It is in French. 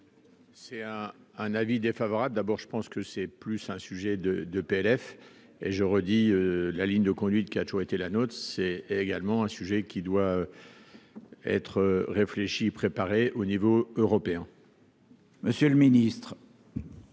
C'est à un avis défavorable d'abord, je pense que c'est plus un sujet de 2 PLF et je redis la ligne de conduite qui a toujours été la nôtre, c'est également un sujet qui doit être réfléchi, préparé au niveau européen. Monsieur le Ministre,